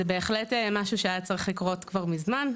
זה בהחלט משהו שהיה צריך לקרות כבר ממזמן.